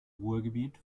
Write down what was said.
ruhrgebiet